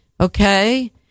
okay